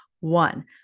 One